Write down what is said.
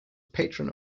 patron